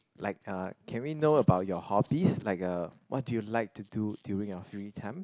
like uh can we know about your hobbies like uh what do you like to do during your free time